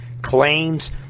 claims